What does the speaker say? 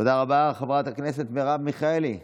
תודה רבה, חבר הכנסת יוראי להב הרצנו.